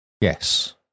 Yes